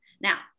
Now